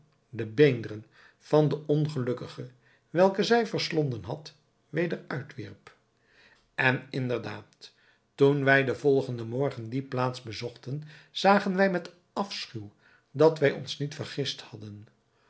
de beenderen van den ongelukkige welke zij verslonden had weder uitwierp en inderdaad toen wij den volgenden morgen die plaats bezochten zagen wij met afschuw dat wij ons niet vergist hadden